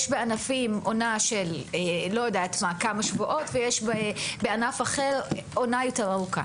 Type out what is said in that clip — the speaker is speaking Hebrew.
בענפים מסוימים יש עונה של כמה שבועות ובענף אחר יש עונה יותר ארוכה.